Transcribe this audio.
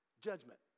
judgment